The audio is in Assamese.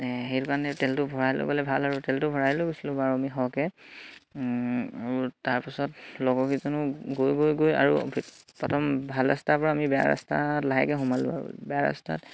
সেইটো কাৰণে তেলটো ভৰাই লৈ গ'লে ভাল আৰু তেলটো ভৰাই লৈ গৈছিলোঁ বাৰু আমি সৰহকে আৰু তাৰপিছত লগৰ কেইজনো গৈ গৈ গৈ আৰু প্ৰথম ভাল ৰাস্তাৰ পৰা আমি বেয়া ৰাস্তাত লাহেকে সোমালোঁ আৰু বেয়া ৰাস্তাত